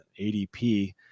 ADP